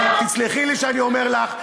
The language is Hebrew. תסלחי לי שאני אומר לך,